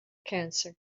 cancer